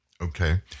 Okay